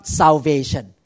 salvation